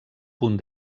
punt